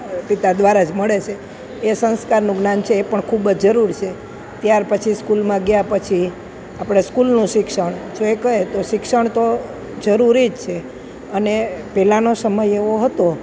પિતા દ્વારા જ મળે છે એ સંસ્કારનું જ્ઞાન છે એ પણ ખૂબ જરૂર છે ત્યાર પછી સ્કૂલમાં ગયાં પછી આપણે સ્કૂલનું શિક્ષણ જો એ કહીએ તો શિક્ષણ તો જરૂરી જ છે અને પહેલાંનો સમય એવો હતો